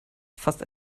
fast